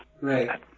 Right